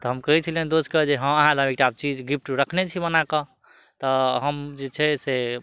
तऽ हम कहै छलियनि दोसके जे हँ अहाँ लए एकटा चीज गिफ्ट रखने छी बनाकऽ तऽ हम जे छै से